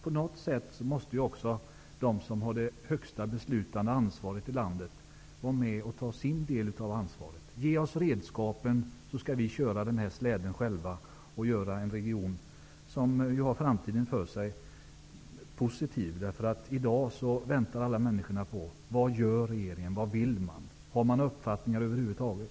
På något sätt måste ju också de här i landet som finns på högsta beslutande nivå vara med och ta sin del av ansvaret. Ge oss redskapen, så skall vi alltså köra släden själva och åstadkomma en region som har en positiv framtid. I dag väntar alla på ett besked från regeringen. Man undrar: Vad gör regeringen? Vad vill man? Har man någon uppfattning över huvud taget?